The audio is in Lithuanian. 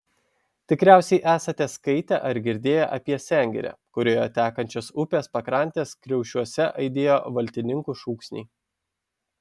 tikriausiai esate skaitę ar girdėję apie sengirę kurioje tekančios upės pakrantės kriaušiuose aidėjo valtininkų šūksniai